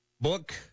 book